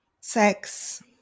sex